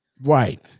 Right